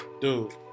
Dude